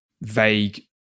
vague